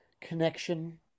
connection